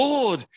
Lord